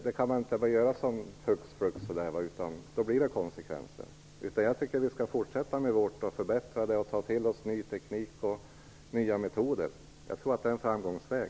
Det kan man inte göra bara hux flux. Då blir det konsekvenser. Jag anser att vi skall fortsätta att förbättra det system som vi har och förbättra det bl.a. genom att ta till oss ny teknik och nya metoder. Jag tror att det är en framgångsväg.